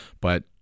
but-